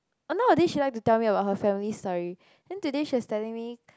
oh nowadays she like to tell me about her family story then today she was telling me